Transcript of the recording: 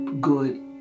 good